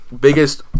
biggest